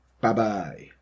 Bye-bye